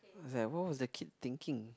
I was like what was that kid thinking